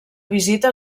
visita